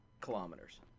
kilometers